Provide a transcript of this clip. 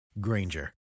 Granger